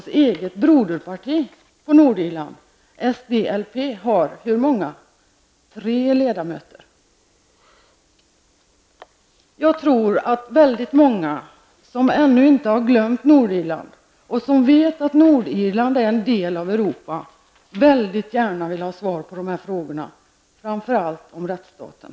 Sten Jag tror att väldigt många som ännu inte har glömt Nordirland och som vet att Nordirland är en del av Europa väldigt gärna vill ha svar på dessa frågor, framför allt om rättsstaten.